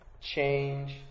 change